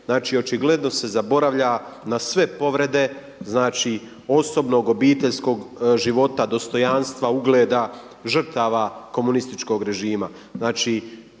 znači očigledno se zaboravlja na sve povrede, znači osobnog, obiteljskog života, dostojanstva, ugleda, žrtava komunističkog režima.